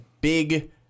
big